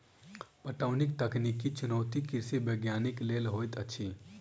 पटौनीक तकनीकी चुनौती कृषि वैज्ञानिक लेल होइत अछि